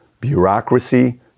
bureaucracy